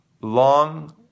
Long